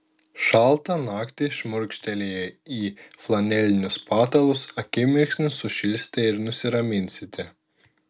šaltą naktį šmurkštelėję į flanelinius patalus akimirksniu sušilsite ir nusiraminsite